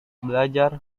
belajar